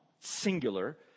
singular